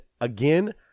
again